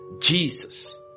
Jesus